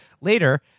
Later